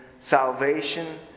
Salvation